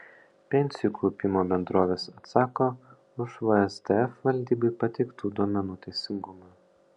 pensijų kaupimo bendrovės atsako už vsdf valdybai pateiktų duomenų teisingumą